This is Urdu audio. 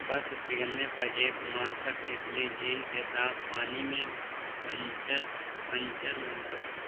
برف پگھلنے پر ایک ماہ تک اتھلی جھیل کے صاف پانی میں پنچر نظر آتے ہیں